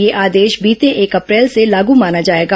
यह आदेश बीते एक अप्रैल से लागू माना जाएगा